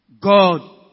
God